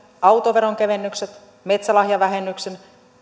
autoveronkevennykset metsälahjavähennyksen